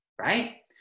right